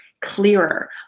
clearer